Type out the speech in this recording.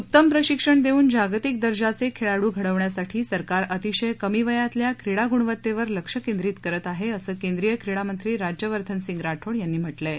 उत्तम प्रशिक्षण देऊन जागतिक दर्जांचे खेळाडू घडवण्यासाठी सरकार अतिशय कमी वयातल्या क्रीडा गुणवत्तेवर लक्ष केंद्रित करत आहे असं केंद्रीय क्रीडामंत्री राज्यवर्धनसिंह राठोड यांनी म्हाकें आहे